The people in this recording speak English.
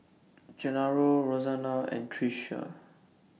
Gennaro Rosanna and Tricia